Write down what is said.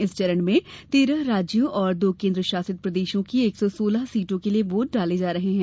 इस चरण में तेरह राज्यों और दो केंद्र शासित प्रदेशों की एक सौ सोलह सीटों के लिये वोट डाले जा रहे है